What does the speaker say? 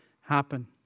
happen